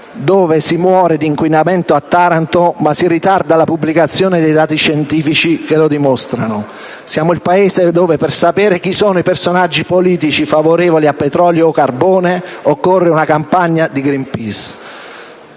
dove si muore di inquinamento a Taranto ma si ritarda la pubblicazione dei dati scientifici che lo dimostrano. Siamo il Paese dove, per sapere chi sono i personaggi politici favorevoli a petrolio o carbone occorre una campagna di Greenpeace.